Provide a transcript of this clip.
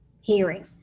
hearing